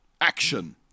Action